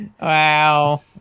Wow